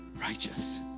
righteous